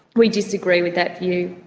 we disagree with that view.